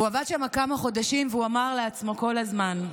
הוא עבד שם כמה חודשים, והוא אמר לעצמו כל הזמן: